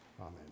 Amen